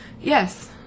Yes